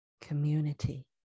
community